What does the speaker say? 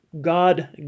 God